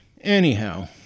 Anyhow